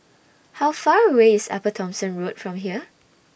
How Far away IS Upper Thomson Road from here